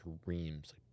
screams